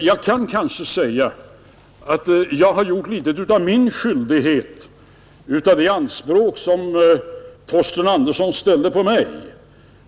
Jag kan kanske säga att jag har gjort litet av vad på mig ankom av de anspråk som Torsten Andersson ställde på mig.